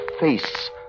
face